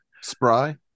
Spry